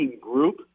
group